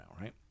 right